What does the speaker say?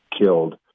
killed